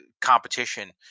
competition